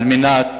על מנת